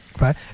right